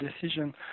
decision